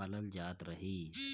पालल जात रहिस